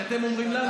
כי אתם אומרים לנו,